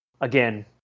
Again